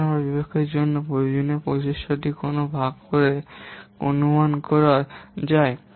এখানে একটি প্রোগ্রাম বিকাশের জন্য প্রয়োজনীয় প্রচেষ্টাটি কোনটি ভাগ করে অনুমান করা যায়